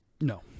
No